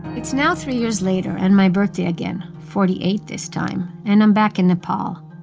it's now three years later and my birthday again forty eight this time and i'm back in nepal.